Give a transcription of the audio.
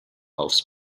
aufs